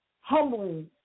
humbling